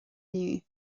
inniu